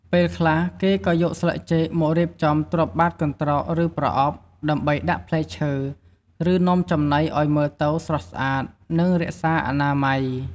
ពេលខ្លះ គេក៏យកស្លឹកចេកមករៀបចំទ្រាប់បាតកន្ត្រក ឬប្រអប់ ដើម្បីដាក់ផ្លែឈើ ឬនំចំណីឱ្យមើលទៅស្រស់ស្អាត និងរក្សាអនាម័យ។